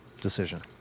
decision